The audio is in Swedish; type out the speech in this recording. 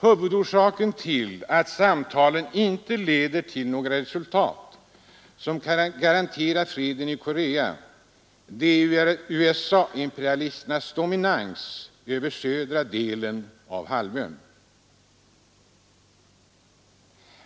Huvudorsaken till att samtalen inte leder till några resultat som kan garantera freden i Korea är USA-imperialisternas dominans över södra delen av halvön.